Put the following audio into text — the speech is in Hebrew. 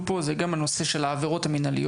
פה הם גם הנושא של העבירות המנהליות,